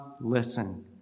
listen